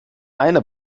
eine